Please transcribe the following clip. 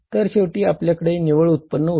तर शेवटी आपल्याकडे निव्वळ उत्पन्न उरते